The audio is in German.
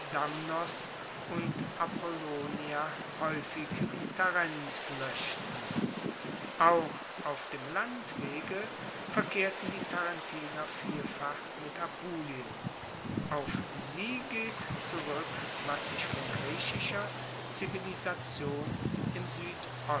und apollonia haeufig in tarent loeschten auch auf dem landwege verkehrten die tarentiner vielfach mit apulien auf sie geht zurueck was sich von griechischer zivilisation im